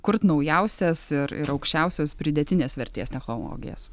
kurt naujausias ir ir aukščiausios pridėtinės vertės technologijas